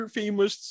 famous